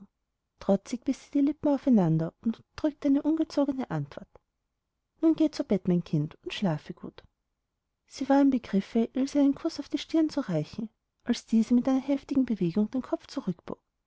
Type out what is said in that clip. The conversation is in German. trotzig biß sie die lippen aufeinander und unterdrückte eine ungezogene antwort geh nun zu bett mein kind und schlafe gut sie war im begriffe ilse einen kuß auf die stirn zu reichen als diese mit einer heftigen bewegung den kopf zurückbog